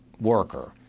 worker